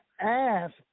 ask